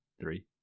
Three